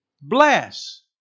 bless